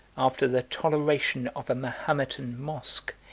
after the toleration of a mahometan mosque,